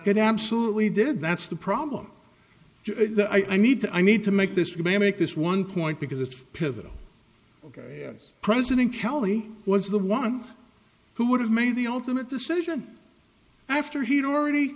it absolutely did that's the problem that i need to i need to make this we may make this one point because it's pivotal ok president kelly was the one who would have made the ultimate decision after he'd already